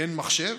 אין מחשב.